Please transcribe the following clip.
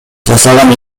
жасаган